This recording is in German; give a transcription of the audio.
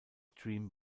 dream